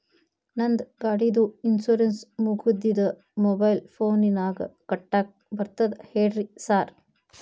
ನಂದ್ ಗಾಡಿದು ಇನ್ಶೂರೆನ್ಸ್ ಮುಗಿದದ ಮೊಬೈಲ್ ಫೋನಿನಾಗ್ ಕಟ್ಟಾಕ್ ಬರ್ತದ ಹೇಳ್ರಿ ಸಾರ್?